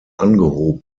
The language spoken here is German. angehoben